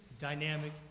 dynamic